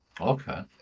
Okay